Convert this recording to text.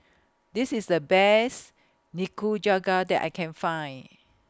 This IS The Best Nikujaga that I Can Find